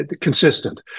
consistent